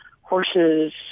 horses